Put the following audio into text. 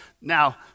Now